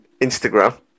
Instagram